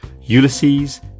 Ulysses